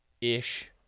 ish